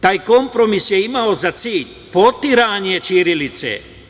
Taj kompromis je imao za cilj potiranje ćirilice.